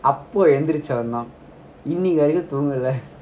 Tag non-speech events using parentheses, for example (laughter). அப்பஎந்திரிச்சவன்தாஇன்னிவரைக்கும்தூங்கலை:appa enthirichavantha ninni varaikkum dhoongalai (laughs)